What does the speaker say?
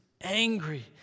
angry